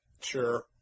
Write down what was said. Sure